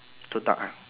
tuck ah